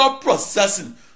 processing